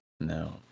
no